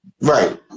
Right